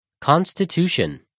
Constitution